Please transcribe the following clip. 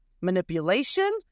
manipulation